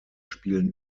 spielen